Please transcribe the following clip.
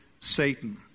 Satan